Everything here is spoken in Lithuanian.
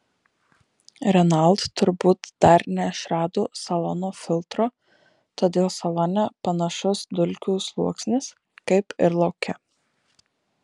renault turbūt dar neišrado salono filtro todėl salone panašus dulkių sluoksnis kaip ir lauke